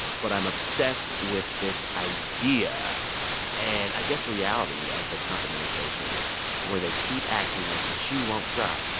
but i'm obsessed with this idea and, i guess, reality of the trump administration where they keep acting like the shoe won't drop.